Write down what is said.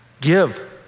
Give